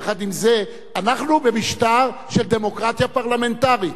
יחד עם זה, אנחנו במשטר של דמוקרטיה פרלמנטרית.